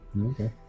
Okay